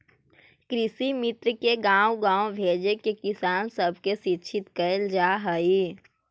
कृषिमित्र के गाँव गाँव भेजके किसान सब के शिक्षित कैल जा हई